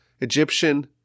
Egyptian